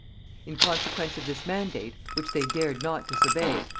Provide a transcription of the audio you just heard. in consequence of this mandate, which they dared not disobey,